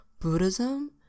Buddhism